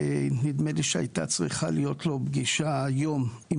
נדמה לי שהייתה צריכה להיות לו פגישה היום עם